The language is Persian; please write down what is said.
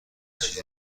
چیز